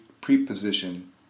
preposition